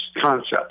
concepts